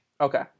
Okay